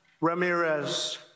Ramirez